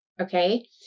Okay